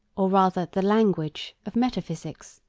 or rather the language, of metaphysics.